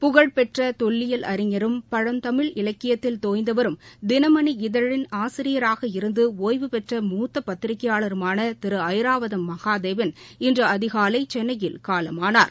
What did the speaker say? புகழ்பெற்ற தொல்லியல் அறிஞரும்பழந்தமிழ் இலக்கியத்தில் தோய்ந்தவரும் தினமனி இதழின் ஆசிரியராக இருந்து ஓய்வு பெற்ற மூத்த பத்திரிக்கையாளருமான திரு ஐராவதம் மகாதேவன் இன்று அதிகாலை சென்னையில் காலமானார்